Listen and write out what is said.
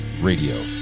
Radio